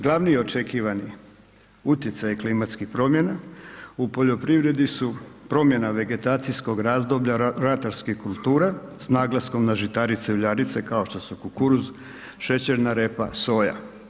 Glavni očekivani utjecaj klimatskih promjena u poljoprivredi su promjena vegetacijskog razdoblja ratarskih kultura s naglaskom na žitarice uljarice kao što su kukuruz, šećerna repa, soja.